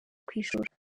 kwishura